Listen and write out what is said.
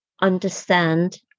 understand